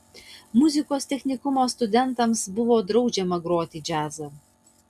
muzikos technikumo studentams buvo draudžiama groti džiazą